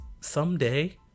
someday